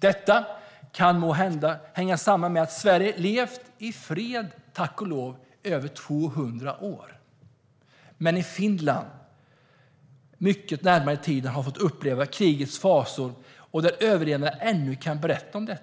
Det kan måhända hänga samman med att Sverige - tack och lov - har levt i fred i över 200 år. Men i Finland har man fått uppleva krigets fasor mycket närmare i tiden, och överlevande där kan ännu berätta om det.